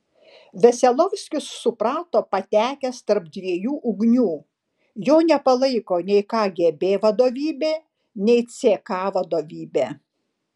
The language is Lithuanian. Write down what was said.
veselovskis suprato patekęs tarp dviejų ugnių jo nepalaiko nei kgb vadovybė nei ck vadovybė